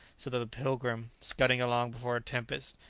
so that the pilgrim, scudding along before a tempest,